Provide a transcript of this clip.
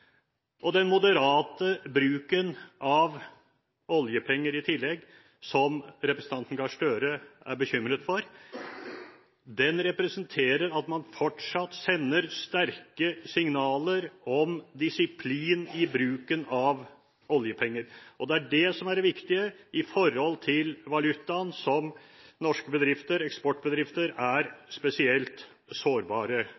Den moderate bruken av oljepenger i tillegg, som representanten Gahr Støre er bekymret for, representerer at man fortsatt sender sterke signaler om disiplin i bruken av oljepenger. Det er det som er det viktige når det gjelder valutaen, som norske eksportbedrifter